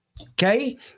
Okay